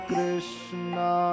Krishna